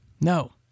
No